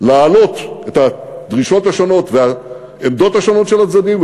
להעלות את הדרישות השונות והעמדות השונות של הצדדים,